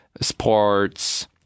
sports